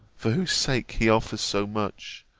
for whose sake he offers so much,